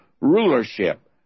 rulership